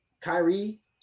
Kyrie